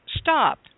stop